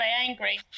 angry